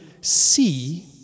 see